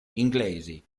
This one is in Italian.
inglesi